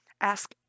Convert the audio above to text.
Ask